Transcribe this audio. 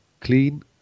clean